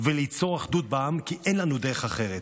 וליצור אחדות בעם כי אין לנו דרך אחרת.